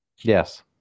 yes